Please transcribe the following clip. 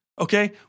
okay